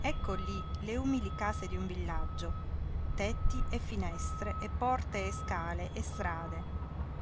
ecco lí le umili case di un villaggio tetti e finestre e porte e scale e strade